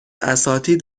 اساتید